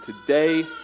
today